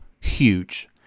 huge